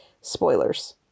spoilers